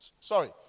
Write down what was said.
Sorry